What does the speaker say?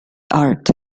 art